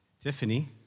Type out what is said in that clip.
Tiffany